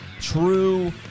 true